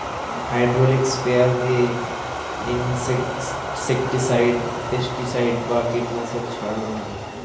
hydraulic sprayer দিয়ে insecticide, pesticide বা কীটনাশক ছড়ান হয়